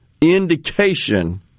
indication